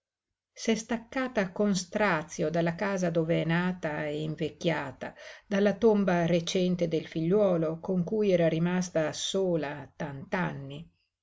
s'è staccata con strazio dalla casa dov'è nata e invecchiata dalla tomba recente del figliuolo con cui era rimasta sola